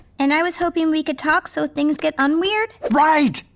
and i was hoping we could talk so things get un-weird. right.